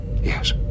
Yes